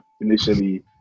initially